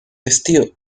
estío